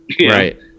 Right